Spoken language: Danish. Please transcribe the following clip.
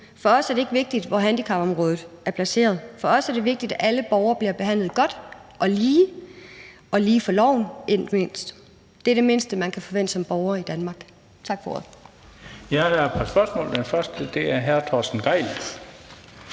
For os er det ikke vigtigt, hvor handicapområdet er placeret. For os er det vigtigt, at alle borgere bliver behandlet godt og lige og lige for loven, ikke mindst. Det er det mindste, man kan forvente som borger i Danmark. Tak for ordet. Kl. 19:47 Den fg. formand (Bent Bøgsted): Der er et